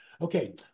Okay